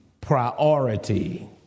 priority